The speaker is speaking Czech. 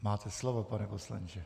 Máte slovo, pane poslanče.